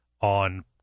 on